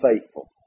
faithful